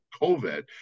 COVID